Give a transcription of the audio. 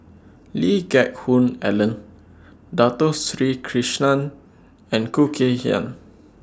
Lee Geck Hoon Ellen Dato Sri Krishna and Khoo Kay Hian